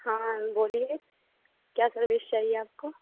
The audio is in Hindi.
हाँ बोलिए क्या सर्विस चाहिए आपको